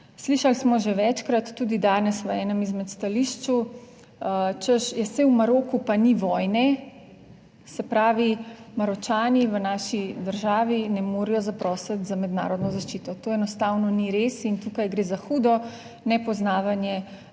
Slišali smo že večkrat, tudi danes v enem izmed stališč, češ, ja, saj v Maroku pa ni vojne, se pravi, Maročani v naši državi ne morejo zaprositi za mednarodno zaščito. To enostavno ni res in tukaj gre za hudo nepoznavanje